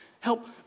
help